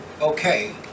okay